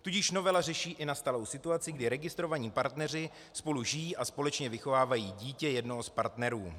Tudíž novela řeší i nastalou situaci, kdy registrovaní partneři spolu žijí a společně vychovávají dítě jednoho z partnerů.